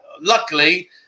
Luckily